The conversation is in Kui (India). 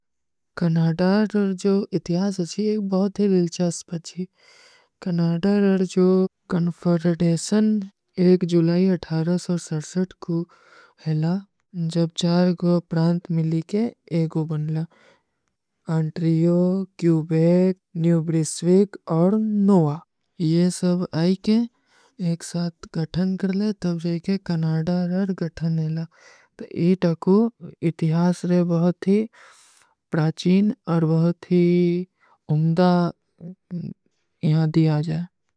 କନାଡାର ଔର ଜୋ ଇତିଯାସ ଅଚ୍ଛୀ ବହୁତ ହୈ ଵିଲ୍ଚାସ ବଚ୍ଚୀ। କନାଡାର ଔର ଜୋ କନ୍ଫରଡେଶନ ଏକ ଜୁଲାଈ କୋ ହୈଲା, ଜବ ଚାର ଗୋ ପ୍ରାଂତ ମିଲୀ କେ ଏକୋ ବନଲା। ଅନ୍ଟ୍ରିଯୋ, କ୍ଯୂବେକ, ନ୍ଯୂବ୍ରିଶ୍ଵିକ ଔର ନୋଆ। ଯେ ସବ ଆଈକେ ଏକ ସାଥ ଗଠନ କର ଲେ, ତବ ଜାଏକେ କନାଡାର ଔର ଗଠନ ଲେଲା। ଇତିଯାସ ବହୁତ ହୀ ପ୍ରାଚୀନ ଔର ବହୁତ ହୀ ଉଂଦା ଯହାଂ ଦୀ ଆଜାଏ।